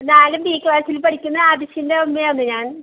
നാല് ബി ക്ലാസ്സിൽ പഠിക്കുന്ന ആദർശിൻ്റെ അമ്മയാണ് ഞാൻ